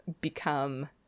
become